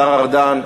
השר ארדן.